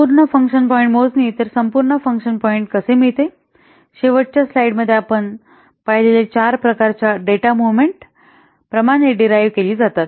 संपूर्ण function point मोजणी तर संपूर्ण फंक्शन पॉईंट कसे मिळते शेवटच्या स्लाइडमध्ये आपण पाहिलेले 4 प्रकारच्या डेटा मुव्हमेंट प्रमाणे डीराइव्ह केली जाते